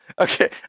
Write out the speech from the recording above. Okay